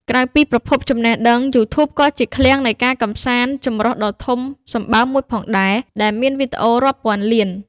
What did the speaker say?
ក្រៅពីជាប្រភពចំណេះដឹង YouTube ក៏ជា ឃ្លាំងនៃការកម្សាន្តចម្រុះ ដ៏ធំសម្បើមមួយផងដែរ ដែលមានវីដេអូរាប់ពាន់លាន។